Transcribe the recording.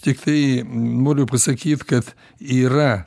tiktai noriu pasakyt kad yra